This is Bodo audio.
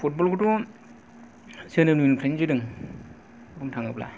फुटबल खौथ' जोनोमनिफ्रायनो जोदों बुंनो थाङोब्ला